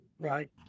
right